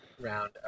round